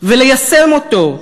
וליישם אותו.